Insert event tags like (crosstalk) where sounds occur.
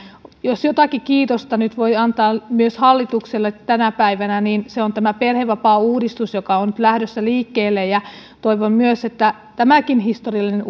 jos jotakin kiitosta nyt voi antaa myös hallitukselle tänä päivänä niin se on tästä perhevapaauudistuksesta joka on nyt lähdössä liikkeelle toivon myös että tämäkin historiallinen (unintelligible)